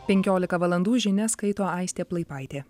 penkiolika valandų žinias skaito aistė plaipaitė